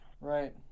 Right